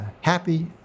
happy